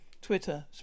Twitter